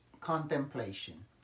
contemplation